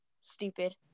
stupid